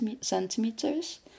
Centimeters